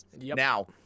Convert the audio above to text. now